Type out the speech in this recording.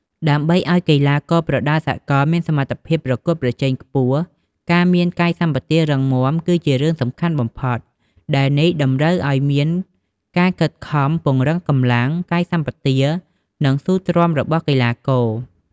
ដើម្បីឲ្យកីឡាករប្រដាល់សកលមានសមត្ថភាពប្រកួតប្រជែងខ្ពស់ ការមានកាយសម្បទារឹងមាំគឺជារឿងសំខាន់បំផុត ដែលនេះតម្រូវឲ្យមានការខិតខំពង្រឹងកម្លាំង កាយសម្បទា និងស៊ូទ្រាំរបស់កីឡាករ។